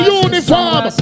uniform